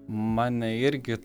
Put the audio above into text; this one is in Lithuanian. mane irgi